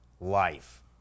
life